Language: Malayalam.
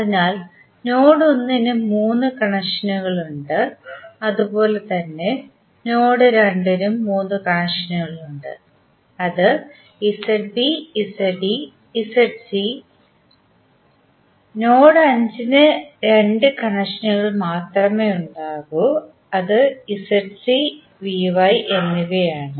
അതിനാൽ നോഡ് 1 ന് മൂന്ന് കണക്ഷനുകളുണ്ട് അതുപോലെ തന്നെ നോഡ് 2 നും മൂന്ന് കണക്ഷനുകളുണ്ട് അത് നോഡ് 5 ന് രണ്ട് കണക്ഷനുകൾ മാത്രമേ ഉണ്ടാകൂ അത് എന്നിവയാണ്